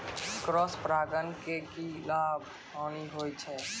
Cross परागण के की लाभ, हानि होय छै?